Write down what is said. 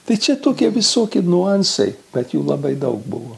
tai čia tokie visokie niuansai bet jų labai daug buvo